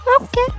Okay